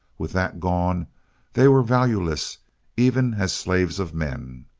with that gone they were valueless even as slaves of men.